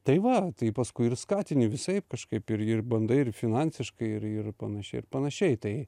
tai va tai paskui ir skatini visaip kažkaip ir ir bandai ir finansiškai ir ir panašiai ir panašiai tai